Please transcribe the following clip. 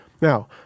Now